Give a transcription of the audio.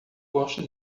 gosto